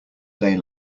day